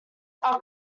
our